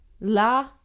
La